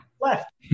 left